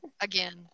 again